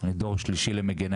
שאתם הפקרתם את הלוחמים